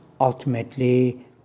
ultimately